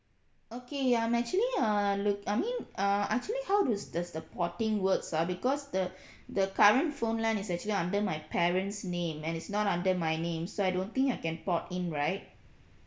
okay ya I'm actually err look I mean uh actually how do does the porting works ah because the the current phone line is actually under my parent's name and is not under my name so I don't think I can port in right